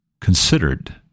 considered